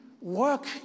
work